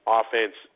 offense